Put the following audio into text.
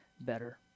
better